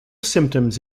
symptoms